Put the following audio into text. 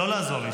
לא לעזור לי.